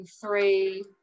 Three